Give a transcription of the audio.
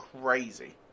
crazy